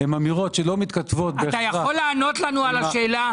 הן אמירות שלא מתכתבות בהכרח --- אתה יכול לענות לנו על השאלה?